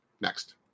Next